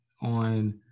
on